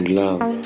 love